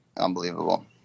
Unbelievable